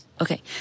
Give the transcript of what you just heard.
Okay